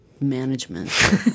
management